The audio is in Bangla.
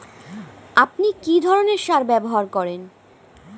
আপনি কী ধরনের সার ব্যবহার করেন?